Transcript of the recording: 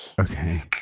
Okay